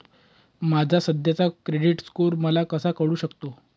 माझा सध्याचा credit score मला कसा कळू शकतो?